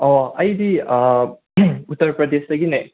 ꯑꯣ ꯑꯩꯗꯤ ꯎꯇꯔ ꯄ꯭ꯔꯗꯦꯁꯇꯒꯤꯅꯦ